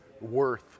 worth